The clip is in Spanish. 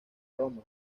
roma